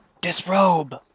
Disrobe